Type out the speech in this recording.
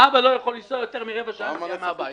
האבא לא יכול לנסוע יותר מרבע שעה מן הבית,